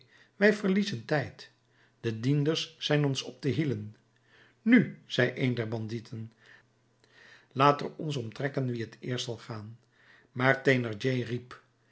wij verliezen tijd de dienders zijn ons op de hielen nu zei een der bandieten laat er ons om trekken wie t eerst zal gaan maar thénardier riep